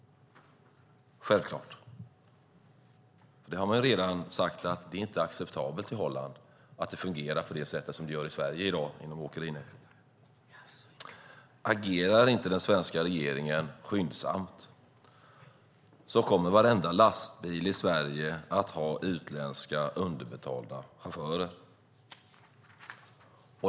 I Holland har man sagt att det inte är acceptabelt att det fungerar som inom åkerinäringen i Sverige. Agerar inte den svenska regeringen skyndsamt kommer varenda lastbil i Sverige att ha utländska underbetalda chaufförer.